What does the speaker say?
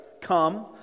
Come